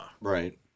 Right